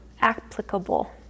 applicable